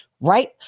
Right